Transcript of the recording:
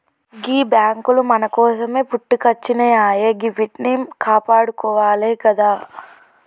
గీ బాంకులు మన కోసమే పుట్టుకొచ్జినయాయె గివ్విట్నీ కాపాడుకోవాలె గదా